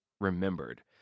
remembered